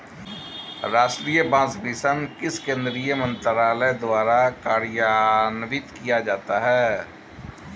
राष्ट्रीय बांस मिशन किस केंद्रीय मंत्रालय द्वारा कार्यान्वित किया जाता है?